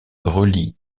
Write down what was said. relie